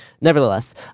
nevertheless